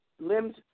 limbs